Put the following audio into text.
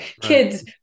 kids